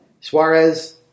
Suarez